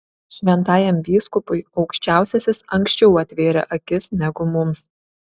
šventajam vyskupui aukščiausiasis anksčiau atvėrė akis negu mums